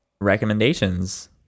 Recommendations